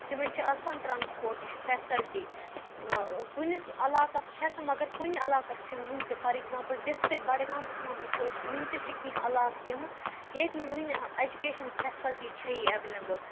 تِمن چھِ آسان ٹرانسپوٹٕچ فیسَلٹی کُنِس علاقَس چھےٚ تہٕ مَگر کُنہِ علاقَس چھَنہٕ وٕنہِ تہِ فار ایٚکزامپٕل ڈِسٹرک بَڈگام سٕے منٛز وُچھو أسۍ وٕنہِ تہِ چھِ کیٚنٛہہ علاقہٕ تِم ییٚتہِ نہٕ وٕنہِ ایٚجُکیشَن فیسَلٹی چھےٚ یہِ ایویلیبٕل